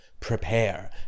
Prepare